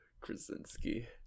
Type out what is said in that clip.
Krasinski